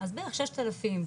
אז בערך 6000 ומשהו,